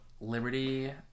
Liberty